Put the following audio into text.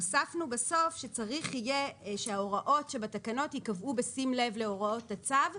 הוספנו בסוף שצריך יהיה שההוראות שבתקנות יקבעו בשים לב להוראות הצו,